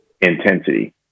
intensity